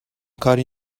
کاری